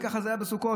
וככה זה היה בסוכות.